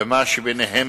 ומה שביניהן,